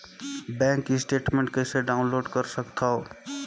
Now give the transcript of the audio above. Bank statement कइसे download कर सकथव?